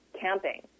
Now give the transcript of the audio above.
camping